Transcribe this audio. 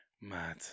Mad